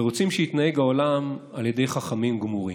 ורוצים שיתנהג העולם על ידי חכמים גמורים.